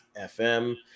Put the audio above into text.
FM